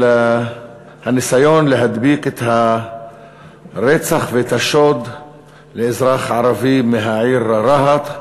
הניסיון להדביק את הרצח ואת השוד לאזרח ערבי מהעיר רהט.